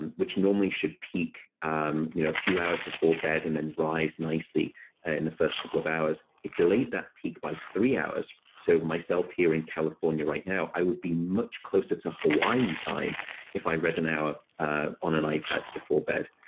and which normally should peak a um you know few hours before bed, and then rise nicely ah in the first couple of hours. it delayed that peak by three hours so myself, here in california right now, i would be much closer to hawaii time if i read an hour on an ipad before bed,